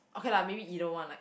okay lah maybe either one like